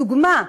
דוגמה,